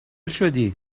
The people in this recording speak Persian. شدی